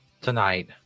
Tonight